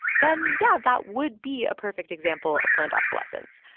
then yeah, that would be a perfect example of planned obsolescence.